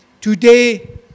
Today